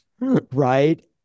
right